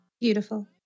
Beautiful